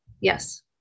Yes